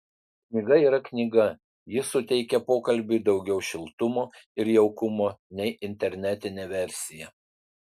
knyga yra knyga ji suteikia pokalbiui daugiau šiltumo ir jaukumo nei internetinė versija